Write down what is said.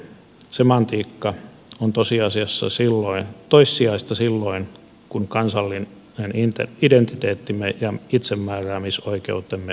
semantiikka on toissijaista silloin kun kansallinen identiteettimme ja itsemääräämisoikeutemme on kaupan